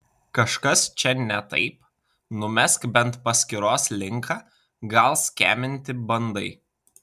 kažkas čia ne taip numesk bent paskyros linką gal skeminti bandai